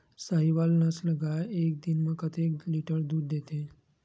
साहीवल नस्ल गाय एक दिन म कतेक लीटर दूध देथे?